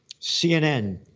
CNN